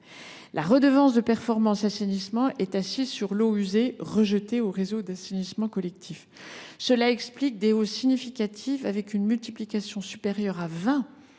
la redevance de performance assainissement est, quant à elle, assise sur l’eau usée rejetée au réseau d’assainissement collectif. Cela explique des hausses significatives, avec une multiplication supérieure à